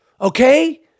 Okay